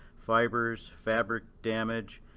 fibers, fabric damage,